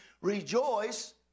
Rejoice